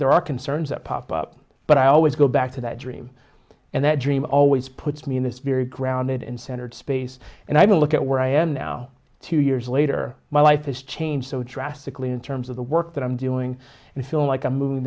there are concerns that pop up but i always go back to that dream and that dream always puts me in this very grounded and centered space and i mean look at where i am now two years later my life has changed so drastically in terms of the work that i'm doing and feel like